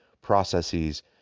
processes